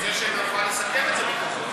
אני רוצה שנוכל לסכם את זה בתוך חודש.